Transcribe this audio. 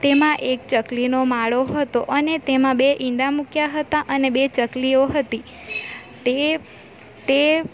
તેમાં એક ચકલીનો માળો હતો અને તેમાં બે ઈંડા મૂક્યા હતા અને બે ચકલીઓ હતી તે તે